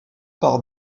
par